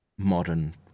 modern